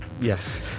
Yes